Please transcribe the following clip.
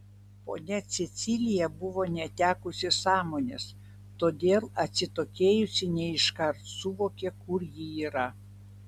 ponia cecilija buvo netekusi sąmonės todėl atsitokėjusi ne iškart suvokė kur ji yra